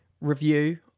review